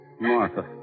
Martha